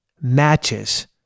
matches